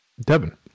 Devin